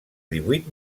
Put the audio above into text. divuit